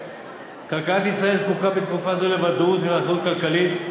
כלכלת ישראל זקוקה בתקופה זו לוודאות ולאחריות כלכלית,